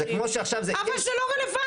זה כמו שעכשיו זה --- אבל זה לא רלוונטי.